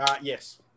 Yes